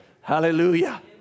hallelujah